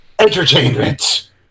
entertainment